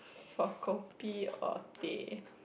for kopi or teh